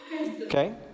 Okay